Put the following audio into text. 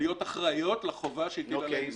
להיות אחראיות לחובה שהטיל עליהן משרד התקשורת.